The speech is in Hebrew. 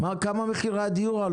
בכמה עלו מאז מחירי הדיור?